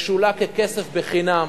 משולה ככסף בחינם,